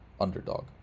underdog